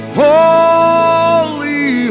holy